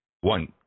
One